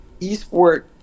esport